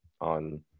on